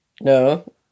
No